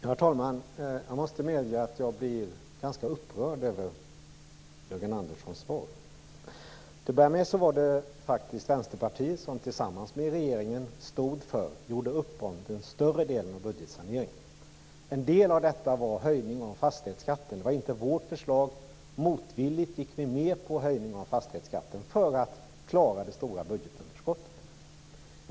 Herr talman! Jag måste medge att jag blir ganska upprörd över Jörgen Anderssons svar. Det var faktiskt Vänsterpartiet som tillsammans med regeringen gjorde upp om den större delen av budgetsaneringen. En del av detta var en höjning av fastighetsskatten. Det var inte vårt förslag. Motvilligt gick vi med på höjningen av fastighetsskatten för att klara det stora budgetunderskottet.